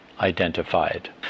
identified